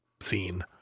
scene